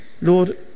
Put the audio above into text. Lord